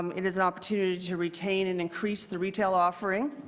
um it is an opportunity to retain and increase the retail offering.